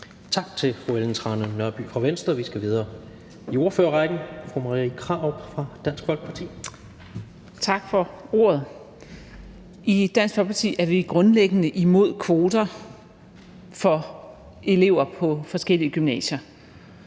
Tak til fru Ellen Trane Nørby fra Venstre. Vi skal videre i ordførerrækken med fru Marie Krarup fra Dansk Folkeparti. Kl. 15:05 (Ordfører) Marie Krarup (DF): Tak for ordet. I Dansk Folkeparti er vi grundlæggende imod kvoter for elever på forskellige gymnasier.